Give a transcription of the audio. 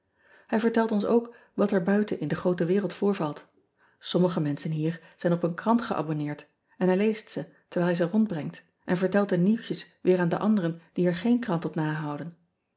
ij vertelt ons ook wat er buiten in de groote wereld voorvalt ommige menschen hier zijn op een krant geabonneerd en hij leest ze terwijl hij ze rondbrengt en vertelt de nieuwtjes weer aan de anderen die er geen krant op nahouden